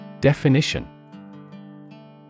Definition